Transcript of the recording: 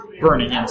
burning